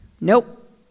nope